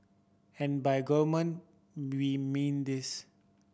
and by gourmet we mean this